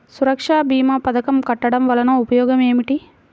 సురక్ష భీమా పథకం కట్టడం వలన ఉపయోగం ఏమిటి?